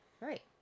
Right